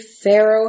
Pharaoh